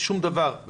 שום דבר,